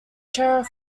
terror